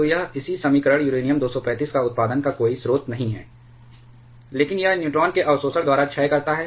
तो यह इसी समीकरण यूरेनियम 235 का उत्पादन का कोई स्रोत नहीं है लेकिन यह न्यूट्रॉन के अवशोषण द्वारा क्षय करता है